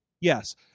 Yes